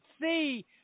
see